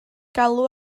galw